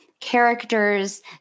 characters